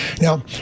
Now